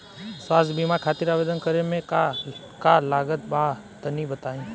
स्वास्थ्य बीमा खातिर आवेदन करे मे का का लागत बा तनि बताई?